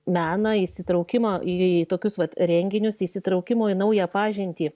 meną įsitraukimą į tokius vat renginius įsitraukimo į naują pažintį